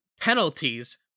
penalties